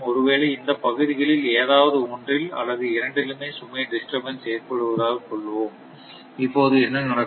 ஒருவேளை இந்தப் பகுதிகளில் ஏதாவது ஒன்றில் அல்லது இரண்டிலுமே சுமை டிஸ்டர்பன்ஸ் ஏற்படுவதாக கொள்வோம் இப்போது என்ன நடக்கும்